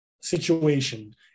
situation